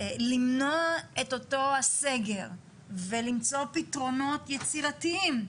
למנוע את אותו הסגר ולמצוא פתרונות יצירתיים,